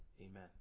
Amen